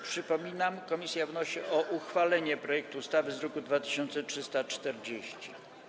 Przypominam, że komisja wnosi o uchwalenie projektu ustawy z druku nr 2340.